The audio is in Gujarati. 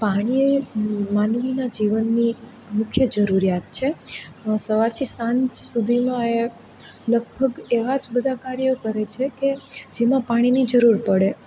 પાણી એ માનવીના જીવનની મુખ્ય જરૂરિયાત છે સવારથી સાંજ સુધીમાં એ લગભગ એવાં જ બધાં કાર્યો કરે છે કે જેમાં પાણીની જરૂર પડે